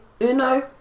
uno